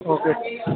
okay sir